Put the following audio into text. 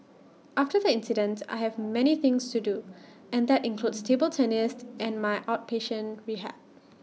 after the accident I have many things to do and that includes table tennis and my outpatient rehab